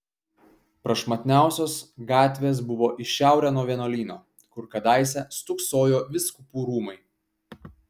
prašmatniausios gatvės buvo į šiaurę nuo vienuolyno kur kadaise stūksojo vyskupų rūmai